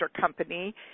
company